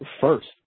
first